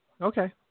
Okay